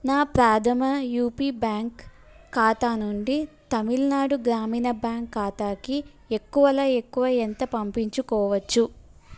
నా Prathama UP bank ఖాతా నుండి తమిళనాడు గ్రామీణ బ్యాంక్ ఖాతాకి ఎక్కువలో ఎక్కువ ఎంత పంపించుకోవచ్చు